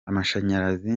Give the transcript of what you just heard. amashanyarazi